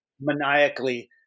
maniacally